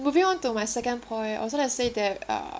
moving to my second point I also want to say that uh